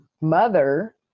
mother